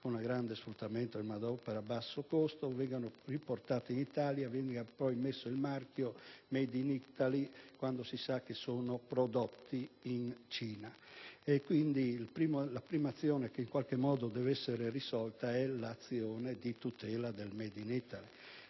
con grande sfruttamento di manodopera a basso costo, che vengano riportati in Italia e venga poi apposto il marchio *made in Italy* quando si sa che sono prodotti in Cina. Pertanto, la prima azione che, in qualche modo, deve essere svolta è quella di tutela del *made in Italy*.